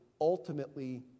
ultimately